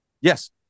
Yes